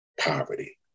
poverty